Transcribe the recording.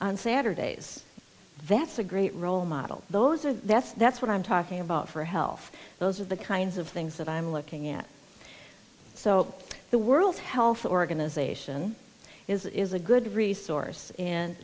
on saturdays that's a great role model those are that's that's what i'm talking about for health those are the kinds of things that i'm looking at so the world health organization is a good resource and